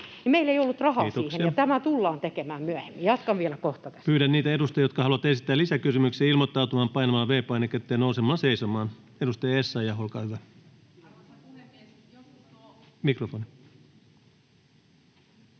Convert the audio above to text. meillä ei ollut rahaa siihen, [Puhemies: Kiitoksia!] ja tämä tullaan tekemään myöhemmin. — Jatkan kohta vielä tästä. Pyydän niitä edustajia, jotka haluavat esittää lisäkysymyksiä, ilmoittautumaan painamalla V-painiketta ja nousemalla seisomaan. — Edustaja Essayah, olkaa hyvä. Arvoisa